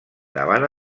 davant